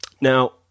Now